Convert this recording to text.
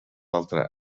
altre